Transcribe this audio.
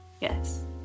Yes